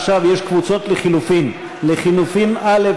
עכשיו יש קבוצות לחלופין: לחלופין א'